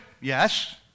Yes